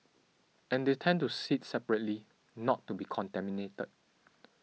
and they tend to sit separately not to be contaminated